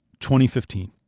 2015